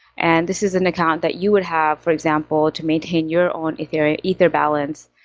and this is an account that you would have, for example, to maintain your own ether ah ether balance,